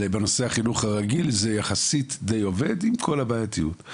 בנושא החינוך הרגיל זה יחסית די עובד עם כל הבעייתיות.